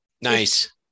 Nice